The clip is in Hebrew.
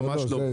ממש לא.